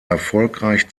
erfolgreich